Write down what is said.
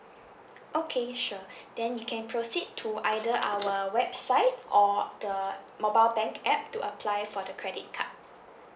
okay sure then you can proceed to either our website or the mobile bank app to apply for the credit card